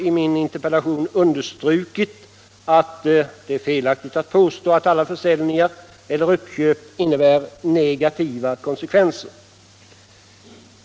I min interpellation har jag också understrukit att det är felaktigt att påstå att alla försäljningar eller uppköp innebär negativa konsekvenser.